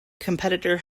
competitor